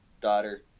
daughter